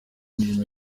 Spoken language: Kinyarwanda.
imirimo